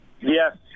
Yes